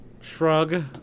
Shrug